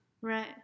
Right